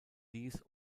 dies